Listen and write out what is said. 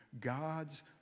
God's